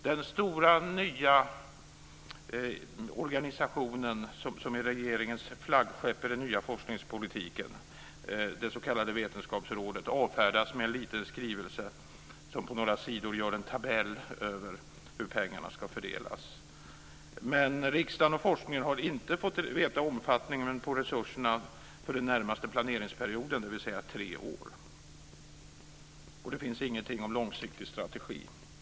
Den stora nya organisationen som är regeringens flaggskepp i den nya forskningspolitiken, det s.k. vetenskapsrådet, avfärdas med en liten skrivelse på några sidor som innehåller en tabell över hur pengarna ska fördelas. Men riksdagen och forskningen har inte fått veta omfattningen på resurserna för den närmaste planeringsperioden, dvs. tre år. Och det finns ingenting om långsiktig strategi.